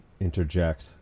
interject